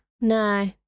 No